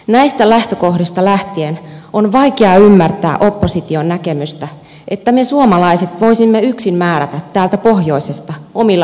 näistä lähtökohdista lähtien on vaikea ymmärtää opposition näkemystä että me suomalaiset voisimme yksin määrätä täältä pohjoisesta omilla säännöillämme eurooppaa